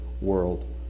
world